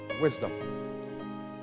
wisdom